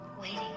waiting